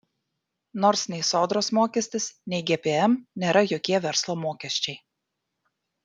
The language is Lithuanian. nors nei sodros mokestis nei gpm nėra jokie verslo mokesčiai